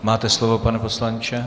Máte slovo, pane poslanče.